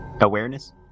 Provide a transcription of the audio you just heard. Awareness